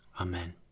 amen